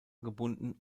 gebunden